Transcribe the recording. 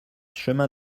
chemin